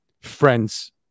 friends